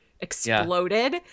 exploded